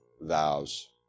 vows